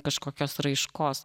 kažkokios raiškos